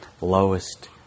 lowest